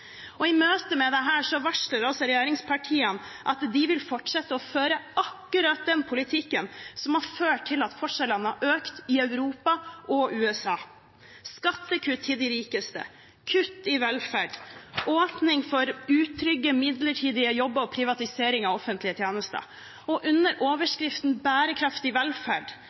månedene. I møte med dette varsler regjeringspartiene at de vil fortsette å føre akkurat den politikken som har ført til at forskjellene har økt i Europa og USA – skattekutt til de rikeste, kutt i velferd, åpning for utrygge, midlertidige jobber og privatisering av offentlige tjenester. Under overskriften «Bærekraftig velferdssamfunn» skyver regjeringen eldre og